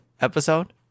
episode